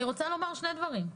אני רוצה לומר שני דברים.